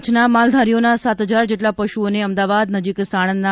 કચ્છના માલધારીઓના સાત હજાર જેટલા પશુઓને અમદાવાદ નજીક સાણંદના